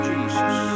Jesus